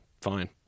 fine